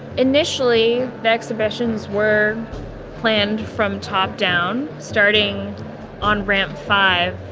initially, the exhibitions were planned from top-down, starting on ramp five,